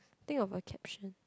think of a caption